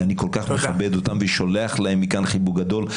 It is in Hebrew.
ואני כל כך מכבד אותם ושולח להם מכאן חיבוק גדול.